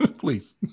Please